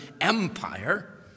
Empire